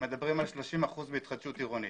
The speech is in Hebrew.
מדברים על 30 אחוזים בהתחדשות עירונית.